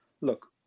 Look